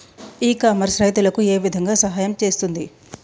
ఇ commerce రైతులకు ఏ విధంగా సహాయం చేస్తుంది?